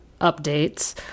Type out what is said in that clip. updates